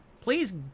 Please